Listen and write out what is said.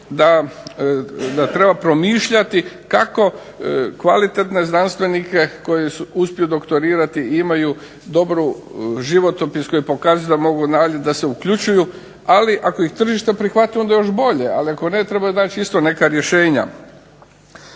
da treba promišljati kako kvalitetne znanstvenike koji su uspjeli doktorirati i imaju dobar životopis i koji pokazuju da mogu naći, da se uključuju ali ako ih tržište prihvati onda još bolje, ali ako ne trebaju isto neka rješenja.